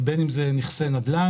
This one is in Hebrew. ובין אם אלה נכסי נדל"ן.